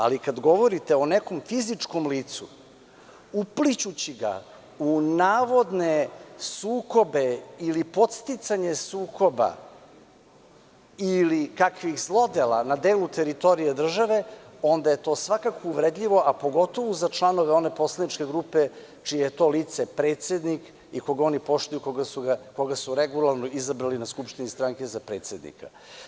Ali, kada govorite o nekom fizičkom licu uplićući ga u navodne sukobe, podsticanje sukoba ili kakvih zlodela na delu teritorije države, onda je to svakako uvredljivo, a pogotovo za članove one poslaničke grupe čije je to lice predsednik i koga oni poštuju, koga su regularno izabrali na skupštini stranke za predsednika.